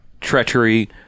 treachery